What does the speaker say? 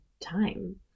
time